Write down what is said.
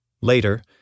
Later